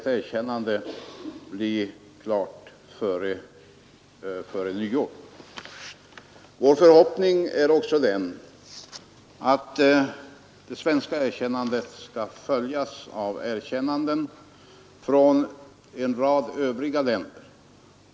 och upprättande av diplomatiska förbindelser med Tyska demokratiska republiken Vår förhoppning är också att det svenska erkännandet skall följas av erkännanden från en rad övriga länder.